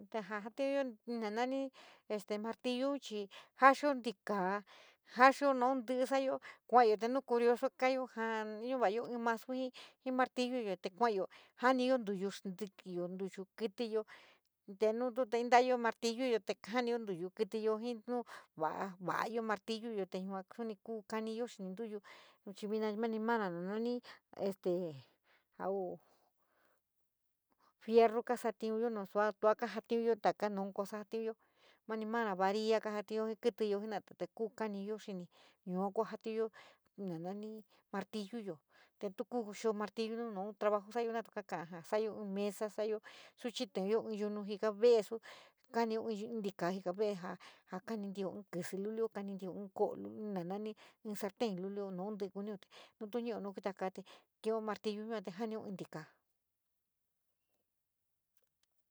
Te ja, ja, jantiunyo na naní este martillo chí jaxío ntikaa jaxío naun ti sa salayo kuayo te no kurioso kayó navayó. En mesa sí martilliyo te kuayo samiyo nítuyo xintikiyo, nítuyo xintiyo moté tintayo martilliyo samiyo túyo kíntiyo jí. Martilliyo tarío te yuas saní ku kaníyo xintiyo chí. Axío naní saní ferró kasatiníyo tuo kajintiníyo taka naún casa naní. Mana varildí kajintiníyo sí kíntiyo penidit ku kaníyo kíntí yua. Kua kajintiníyo nananí martilliyo te ku kusa martillo, maorabajo kasatiníyo saní ío sayo ñí mesí rí chítiníyo. Intakachaya tomé ní kitaro jíka veeyo teíjo, kaníta. En kitío moté te yo yo. Inta martilliyo ní sartén naún. Sí kunío nu tú ní nu kuita kaa te kío martillo te janio in tikaa.